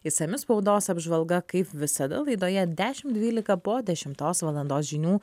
išsami spaudos apžvalga kaip visada laidoje dešimt dvylika po dešimtos valandos žinių